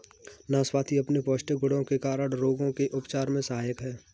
नाशपाती अपने पौष्टिक गुणों के कारण रोगों के उपचार में सहायक है